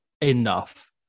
enough